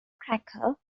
cracker